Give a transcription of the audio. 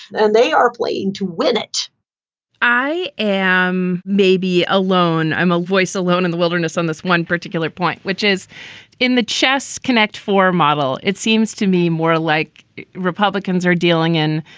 and they are playing to win it i am maybe alone i'm a voice alone in the wilderness on this one particular point, which is in the chess connect for model. it seems to me more like republicans are dealing in,